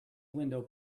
window